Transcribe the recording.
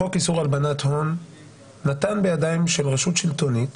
חוק איסור הלבנת הון נתן בידיים של רשות שלטונית